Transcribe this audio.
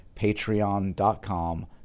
patreon.com